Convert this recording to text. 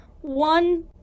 one